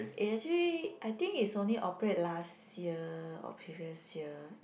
eh actually I think it's only operate last year or previous year